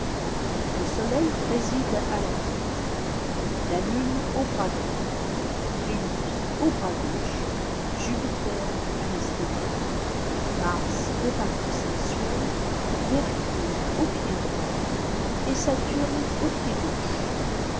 le soleil préside à la tête la lune au bras droit vénus au bras gauche jupiter à testomac mars aux parties sexuelles mercure au pied droit et saturne au pied gauche